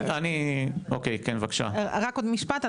רק עוד משפט.